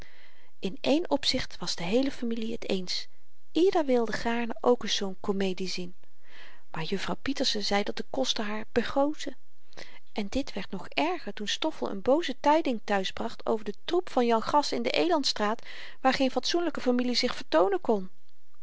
in één opzicht was de heele familie t eens ieder wilde gaarne ook eens zoo'n komedie zien maar juffrouw pieterse zei dat de kosten haar begrootten en dit werd nog erger toen stoffel n booze tyding thuis bracht over den troep van jan gras in de elandstraat waar geen fatsoenlyke familie zich vertoonen kon